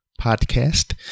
podcast